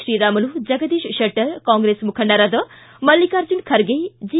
ಶ್ರೀರಾಮುಲು ಜಗದೀಶ್ ಶೆಟ್ಟರ್ ಕಾಂಗ್ರೆಸ್ ಮುಖಂಡರಾದ ಮಲ್ಲಿಕಾರ್ಜುನ ಖರ್ಗೆ ಜಿ